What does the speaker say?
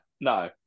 No